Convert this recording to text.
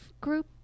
group